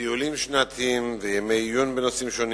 טיולים שנתיים וימי עיון בנושאים שונים.